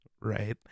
right